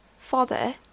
Father